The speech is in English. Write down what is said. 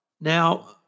Now